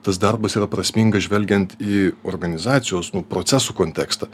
tas darbas yra prasmingas žvelgiant į organizacijos nu procesų kontekstą